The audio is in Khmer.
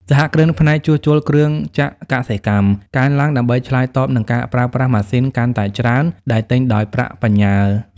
សហគ្រិនផ្នែក "ជួសជុលគ្រឿងចក្រកសិកម្ម" កើនឡើង ដើម្បីឆ្លើយតបនឹងការប្រើប្រាស់ម៉ាស៊ីនកាន់តែច្រើនដែលទិញដោយប្រាក់បញ្ញើ។